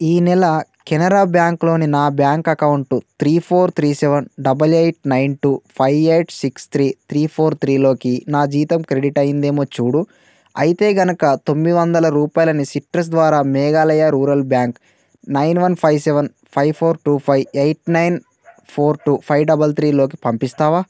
ఈ నెల కెనరా బ్యాంక్లోని నా bank account three four three seven double eight nine two five eight six three three four three లోకి నా జీతం క్రెడిట్ అయ్యిందేమో చూడు అయితే గనుక తొమ్మిది వందల రూపాయలని సిట్రస్ ద్వారా Meghalaya rural bank nine one five seven five four two five eight nine four two five double three లోకి పంపిస్తావా